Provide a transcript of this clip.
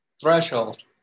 threshold